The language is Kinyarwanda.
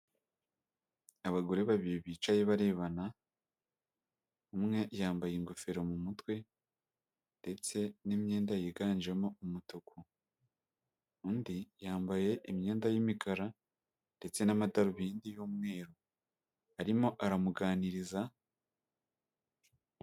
Abagore babiri bicaye barebana, umwe yambaye ingofero mu mutwe ndetse n'imyenda yiganjemo umutuku, undi yambaye imyenda y'imikara ndetse n'amadarubindi y'umweru arimo aramuganiriza.